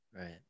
Right